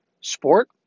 Sport